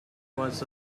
was